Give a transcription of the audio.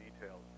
details